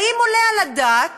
האם עולה על הדעת